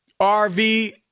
RV